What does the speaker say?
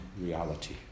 reality